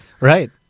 Right